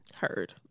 Heard